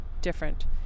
different